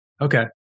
Okay